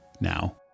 now